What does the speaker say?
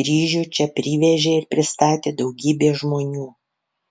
kryžių čia privežė ir pastatė daugybė žmonių